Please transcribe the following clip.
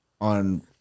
on